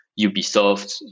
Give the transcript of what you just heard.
Ubisoft